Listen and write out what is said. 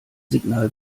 signal